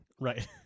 Right